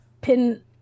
pin